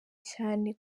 cyane